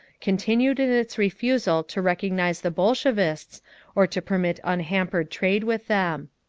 continued in its refusal to recognize the bolshevists or to permit unhampered trade with them.